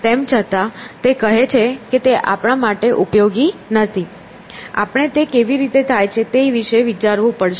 તેમ છતાં તે કહે છે કે તે આપણા માટે ઉપયોગી નથી આપણે તે કેવી રીતે થાય તે વિશે વિચારવું પડશે